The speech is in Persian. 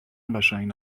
قشنگ